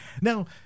now